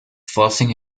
forcing